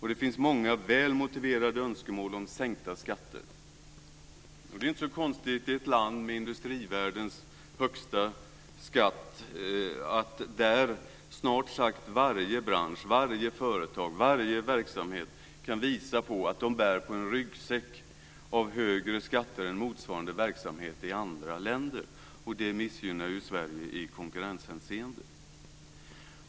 Det finns många väl motiverade önskemål om sänkta skatter. Det är inte så konstigt i ett land med industrivärldens högsta skatt att där snart sagt varje bransch, varje företag och varje verksamhet kan visa att de bär på en ryggsäck av högre skatter än motsvarande verksamhet i andra länder, och det missgynnar ju Sverige i konkurrenshänseende.